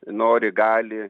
nori gali